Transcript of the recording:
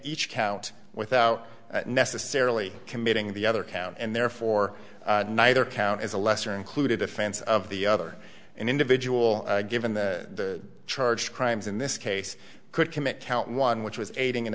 each count without necessarily committing the other count and therefore neither count as a lesser included offense of the other individual given the charge crimes in this case could commit count one which was aiding and